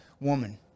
woman